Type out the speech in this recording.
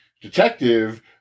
detective